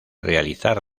realizar